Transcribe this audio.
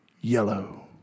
Yellow